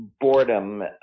boredom